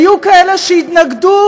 היו כאלה שהתנגדו,